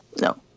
No